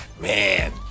Man